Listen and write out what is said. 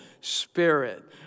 spirit